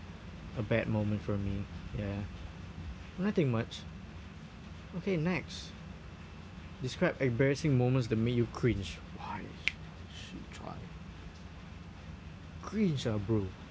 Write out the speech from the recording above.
a bad moment for me ya nothing much okay next describe embarrassing moments that make you cringe !wah! cringe ah bro